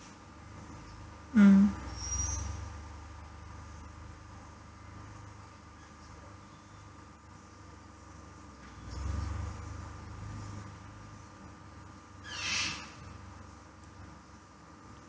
mm